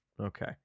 Okay